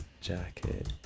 jacket